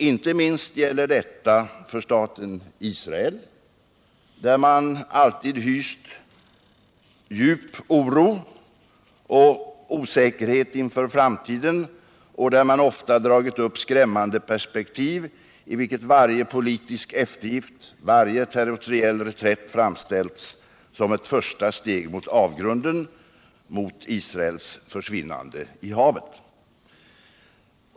Inte minst gäller detta för staten Israel, där man alltid hyst djup oro och osäkerhet inför framtiden och där man ofta dragit upp skrämmande perspektiv, i vilka varje politisk eftergift, varje territoriell reträtt framställts som ett första steg mot avgrunden, mot Israels försvinnande i havet.